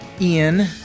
Ian